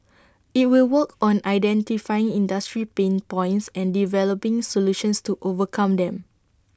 IT will work on identifying industry pain points and developing solutions to overcome them